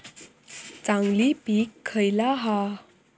चांगली पीक खयला हा?